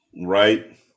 Right